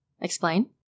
Explain